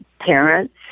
parents